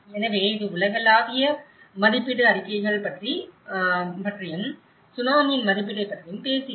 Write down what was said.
எனவே இது உலகளாவிய மதிப்பீட்டு அறிக்கைகள் பற்றியும் சுனாமியின் மதிப்பீட்டைப் பற்றியும் பேசுகிறது